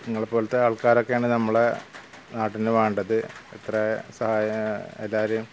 നിങ്ങളെപ്പോലത്തെ ആൾക്കാരൊക്കെയാണ് നമ്മളെ നാടിന് വേണ്ടത് ഇത്ര ഇതാരേയും